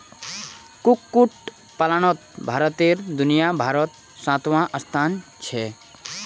कुक्कुट पलानोत भारतेर दुनियाभारोत सातवाँ स्थान छे